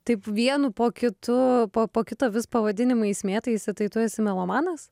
taip vienu po kitu po kito vis pavadinimais mėtaisi tai tu esi melomanas